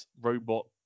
Robot